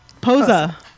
Posa